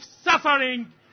suffering